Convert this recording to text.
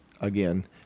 again